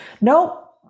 Nope